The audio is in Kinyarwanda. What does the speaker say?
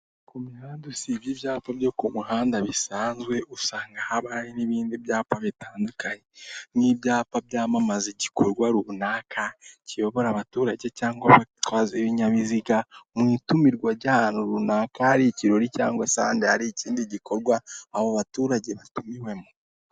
Usibye ibyapa byo ku muhanda bisanzwe usanga haba n'ibindi byapa bitandukanye n'ibyapa byamamaza igikorwa runaka kiyobora abaturage cyangwa batwaza ibinyabiziga mu itumirwa ry'ahantu runaka hari ikirori cyangwa se ahandi hari ikindi gikorwa abo baturage batumiwemo .